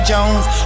Jones